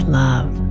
love